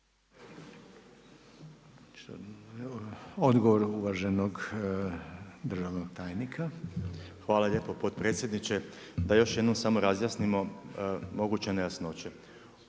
Odgovor uvaženog državnog tajnika. **Salapić, Josip (HDSSB)** Hvala lijepo potpredsjedniče. Da još jednom samo razjasnimo moguće nejasnoće.